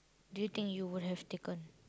do you think you would have taken